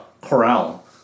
corral